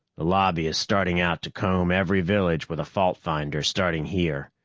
the lobby is starting out to comb every village with a fault-finder, starting here.